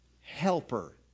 helper